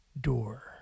door